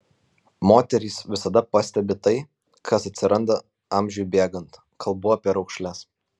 moterys visada pastebi tai kas atsiranda amžiui bėgant kalbu apie raukšles